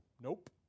Nope